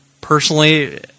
personally